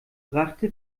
brachte